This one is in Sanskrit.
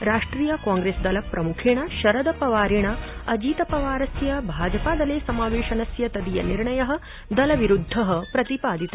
राष्ट्रिय कांप्रेसदल प्रमुखेण शरद पवारेण अजीतपवारस्य भाजपादले समावेशनस्य तदीयनिर्णय दलविरूद्व प्रतिपादित